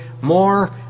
more